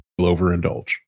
overindulge